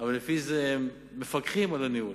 אבל לפי זה הם מפקחים על הניהול.